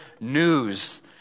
news